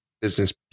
business